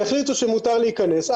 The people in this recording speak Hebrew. יחליטו שמותר להיכנס,